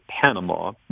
Panama